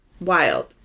Wild